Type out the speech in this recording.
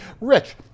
Rich